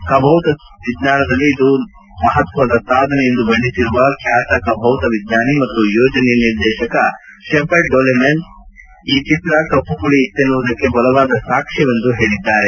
ಖಭೌತವಿಜ್ಞಾನದಲ್ಲಿ ಇದು ಮಪತ್ತದ ಸಾಧನೆ ಎಂದು ಬಣ್ಣಿಸಿರುವ ಖ್ಯಾತ ಖಭೌತ ವಿಜ್ಞಾನಿ ಮತ್ತು ಯೋಜನೆಯ ನಿರ್ದೇಶಕ ಶೆಫರ್ಡ್ ಡೋಲೆಮನ್ ಈ ಚಿತ್ರ ಕಮ್ತ ಕುಳಿ ಇತ್ತೆನ್ನುವುದಕ್ಕೆ ಬಲವಾದ ಸಾಕ್ವ್ಯವೆಂದು ಹೇಳಿದ್ದಾರೆ